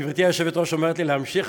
גברתי היושבת-ראש אומרת לי להמשיך,